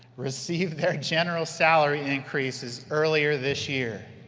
received their general salary increases earlier this year.